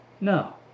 No